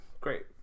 Great